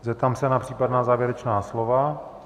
Zeptám se na případná závěrečná slova.